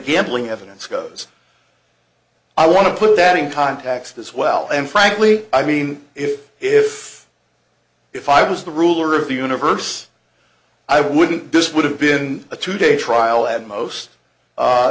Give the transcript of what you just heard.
gambling evidence goes i want to put that in context this well and frankly i mean if if if i was the ruler of the universe i wouldn't this would have been a two day trial at most